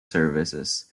services